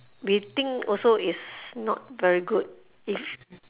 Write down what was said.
we think also is not very good is